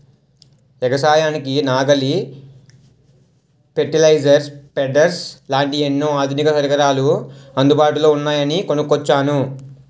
ఎగసాయానికి నాగలి, fertiliser, spreaders లాంటి ఎన్నో ఆధునిక పరికరాలు అందుబాటులో ఉన్నాయని కొనుక్కొచ్చాను